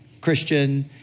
Christian